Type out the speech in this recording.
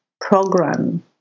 program